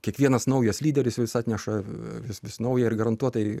kiekvienas naujas lyderis vis atneša vis vis naują ir garantuotai